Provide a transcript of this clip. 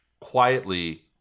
quietly